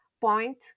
point